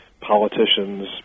politicians